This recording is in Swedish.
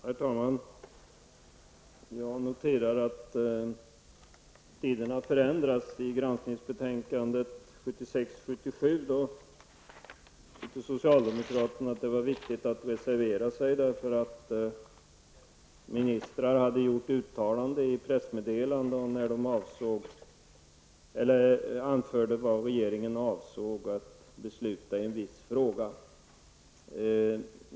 Herr talman! Jag noterar att tiderna förändras. I granskningsbetänkadet 1976/77 ansåg socialdemokraterna att det var viktigt att reservera sig då ministrar hade gjort uttalanden i pressmeddelanden om vad regeringen avsåg att besluta i en viss fråga.